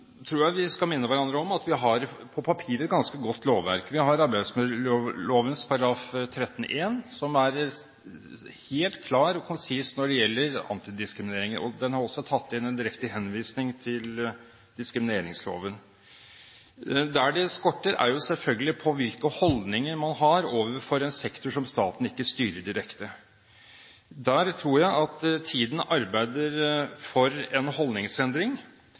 tror jeg vi skal minne hverandre om at vi på papiret har et ganske godt lovverk. Vi har arbeidsmiljøloven § 13-1, som er helt klar og konsis når det gjelder antidiskriminering. Den har også tatt inn en direkte henvisning til diskrimineringsloven. Der det skorter, er på hvilke holdninger man har overfor en sektor som staten ikke styrer direkte. Der tror jeg at tiden arbeider for en holdningsendring,